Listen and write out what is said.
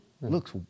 Looks